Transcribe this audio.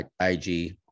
IG